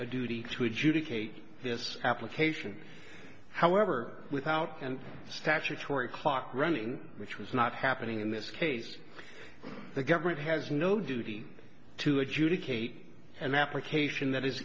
adjudicate this application however without an statutory clock running which was not happening in this case the government has no duty to adjudicate an application that is